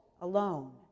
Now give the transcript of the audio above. alone